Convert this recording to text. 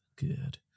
Good